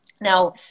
Now